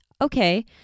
Okay